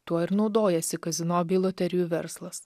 tuo ir naudojasi kazino bei loterijų verslas